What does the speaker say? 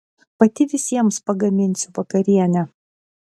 pati visiems pagaminsiu vakarienę